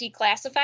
declassified